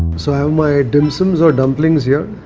so i have my dim sums or dumplings here.